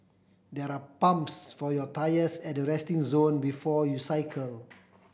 there are pumps for your tyres at the resting zone before you cycle